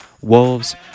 wolves